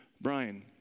Brian